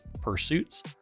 pursuits